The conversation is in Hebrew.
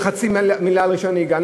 עיקולים על רישיון נהיגה.